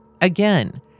Again